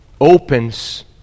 opens